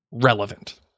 Relevant